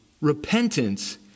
repentance